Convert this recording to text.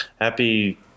happy